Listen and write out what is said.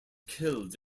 killed